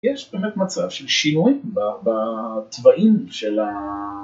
יש באמת מצב של שינוי בתוואים של ה...